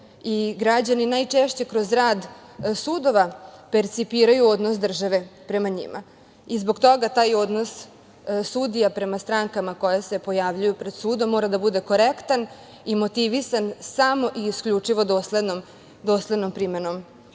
i građani najčešće kroz rad sudova percipiraju odnos države prema njima i zbog toga taj odnos sudija prema strankama koje se pojavljuju pred sudom mora da bude korektan i motivisan samo i isključivo doslednom primenom